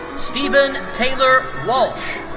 stephen and taylor walsh.